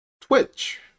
Twitch